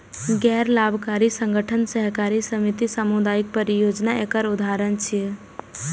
गैर लाभकारी संगठन, सहकारी समिति, सामुदायिक परियोजना एकर उदाहरण छियै